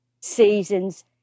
seasons